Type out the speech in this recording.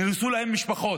נהרסו להם משפחות,